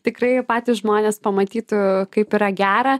tikrai patys žmonės pamatytų kaip yra gera